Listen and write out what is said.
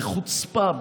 בחוצפה,